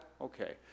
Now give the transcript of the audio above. okay